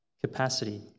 capacity